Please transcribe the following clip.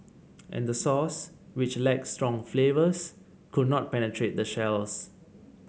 and the sauce which lacked strong flavours could not penetrate the shells